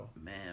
Man